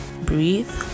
Breathe